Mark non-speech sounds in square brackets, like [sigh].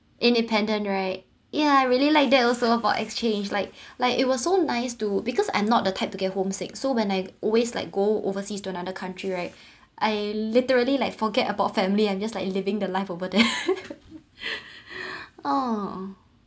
independent right ya I really [noise] like that also for exchange like like it was so nice to because I'm not the type to get homesick so when I always like go overseas to another country [noise] right I literally like forget about family I'm just like living the life over there [laughs] uh